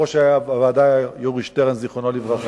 יושב-ראש הוועדה היה יורי שטרן, זכרו לברכה.